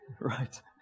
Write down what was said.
Right